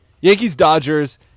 Yankees-Dodgers